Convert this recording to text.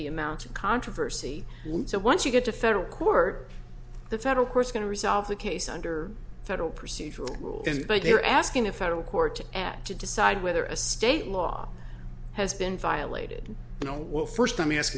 the amount of controversy so once you get to federal court the federal court's going to resolve the case under federal procedural rules and by their asking a federal court to add to decide whether a state law has been violated you know well first let me ask